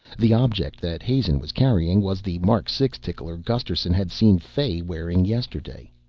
the object that hazen was carrying was the mark six tickler gusterson had seen fay wearing yesterday.